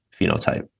phenotype